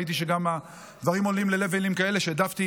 ראיתי שהדברים עולים לרמות כאלה שהעדפתי